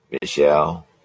Michelle